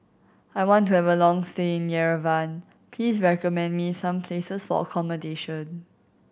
I want to have a long stay in Yerevan please recommend me some places for accommodation